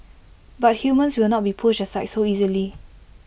but humans will not be pushed aside so easily